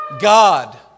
God